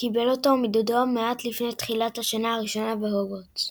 קיבל אותו מדודו מעט לפני תחילת השנה הראשונה בהוגוורטס.